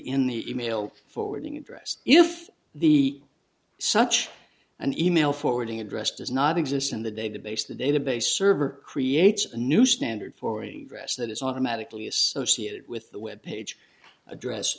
in the email forwarding address if the such and email forwarding address does not exist in the database the database server creates a new standard for ingress that is automatically associated with the web page address